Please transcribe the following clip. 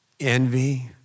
Envy